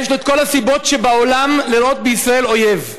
יש לו כל הסיבות שבעולם לראות בישראל אויב,